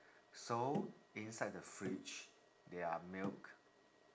so inside the fridge there are milk